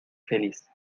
feliz